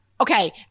okay